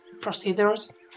procedures